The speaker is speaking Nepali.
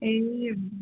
ए हुन्छ